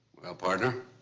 well, partner,